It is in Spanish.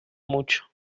mucho